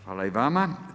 Hvala i vama.